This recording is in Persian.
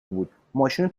بود، ماشینو